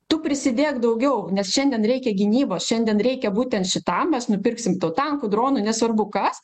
tu prisidėk daugiau nes šiandien reikia gynybos šiandien reikia būten šitam mes nupirksim tau tankų dronų nesvarbu kas